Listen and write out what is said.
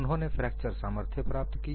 उन्होंने फ्रैक्चर सामर्थ्य प्राप्त की